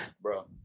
Bro